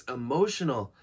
emotional